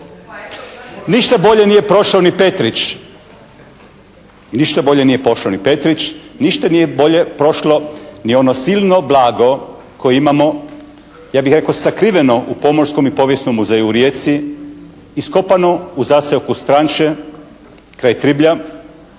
Ništa bolje nije prošao ni Petrić. Ništa nije bolje prošlo ni ono silno blago koje imamo, ja bih rekao sakriveno u Pomorskom i povijesnom muzeju u Rijeci, iskopanu u zaseoku Stranče kraj Triblja.